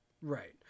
Right